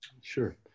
sure